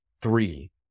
three